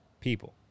people